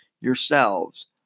yourselves